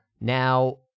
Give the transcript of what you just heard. Now